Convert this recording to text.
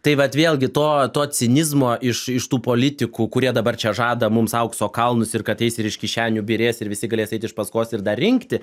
tai vat vėlgi to to cinizmo iš iš tų politikų kurie dabar čia žada mums aukso kalnus ir kad eis ir iš kišenių byrės ir visi galės eit iš paskos ir dar rinkti